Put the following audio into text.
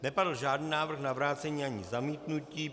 Nepadl žádný návrh na vrácení ani zamítnutí.